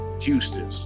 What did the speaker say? Houston